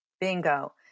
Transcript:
Bingo